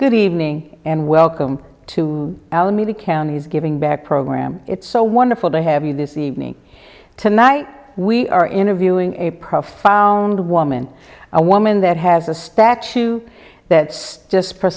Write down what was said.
good evening and welcome to alameda county is giving back program it's so wonderful to have you this evening tonight we are interviewing a profound woman a woman that has a statue that's just